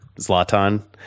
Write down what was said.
Zlatan